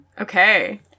Okay